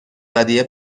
ودیعه